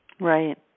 Right